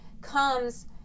comes